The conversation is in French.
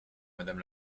madame